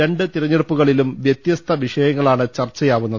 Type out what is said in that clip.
രണ്ട് തെരഞ്ഞെടുപ്പുകളിലും വ്യത്യസ്ത വിഷ യങ്ങളാണ് ചർച്ചയാവുന്നത്